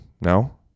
no